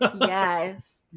Yes